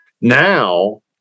Now